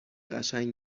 قشنگ